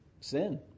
sin